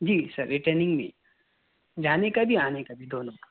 جی sir returning بھی جانے کا بھی آنے کا بھی دونوں کا